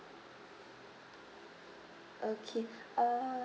okay err